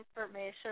information